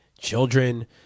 children